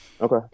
Okay